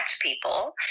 people